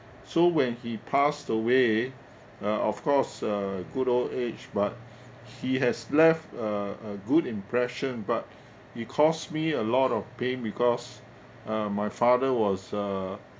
so when he passed away uh of course uh good old age but he has left a a good impression but it caused me a lot of pain because uh my father was a